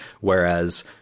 whereas